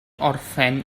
orffen